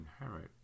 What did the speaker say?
inherit